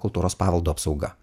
kultūros paveldo apsauga